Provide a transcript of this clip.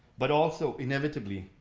but also inevitably,